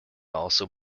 also